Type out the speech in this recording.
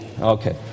Okay